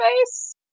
face